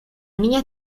niña